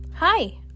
Hi